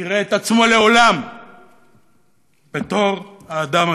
יראה את עצמו לעולם בתור האדם